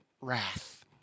wrath